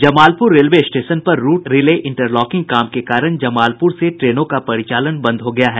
Jamalpur railway station पर route relay interlocking काम के कारण जमालपुर से ट्रेनों का परिचालन बंद हो गया है